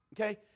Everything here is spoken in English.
Okay